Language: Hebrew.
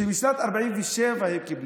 שבשנת 1947 קיבלו,